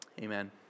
amen